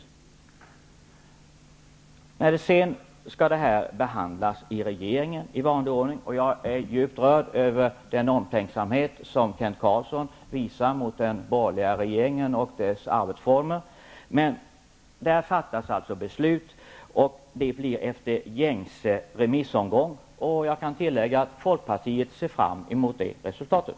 Denna fråga skall sedan i vanlig ordning behandlas i regeringen -- och jag är djupt rörd över den omtänksamhet som Kent Carlsson visar mot den borgerliga regeringen och dess arbetsformer -- och efter gängse remissomgång skall beslut fattas. Och jag kan tillägga att Folkpartiet ser fram mot resultatet.